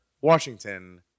Washington